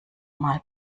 mal